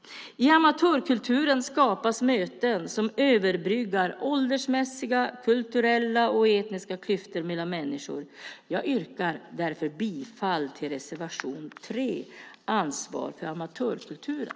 I amatörkulturen skapas möten som överbryggar åldersmässiga, kulturella och etniska klyftor mellan människor. Jag yrkar därför bifall även till reservation 3, Ansvar för amatörkulturen.